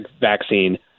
vaccine